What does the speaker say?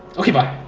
okay, bye.